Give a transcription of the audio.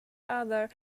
other